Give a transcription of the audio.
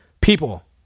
people